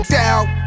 doubt